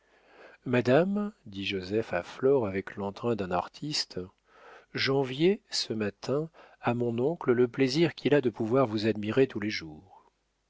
madame dit joseph à flore avec l'entrain d'un artiste j'enviais ce matin à mon oncle le plaisir qu'il a de pouvoir vous admirer tous les jours